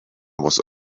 was